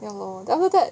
ya lor then after that